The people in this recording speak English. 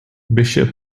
bishop